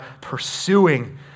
pursuing